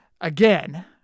again